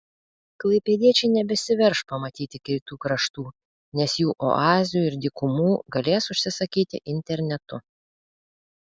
klaipėdiečiai nebesiverš pamatyti kitų kraštų nes jų oazių ir dykumų galės užsisakyti internetu